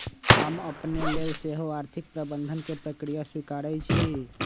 हम अपने लेल सेहो आर्थिक प्रबंधन के प्रक्रिया स्वीकारइ छी